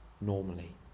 normally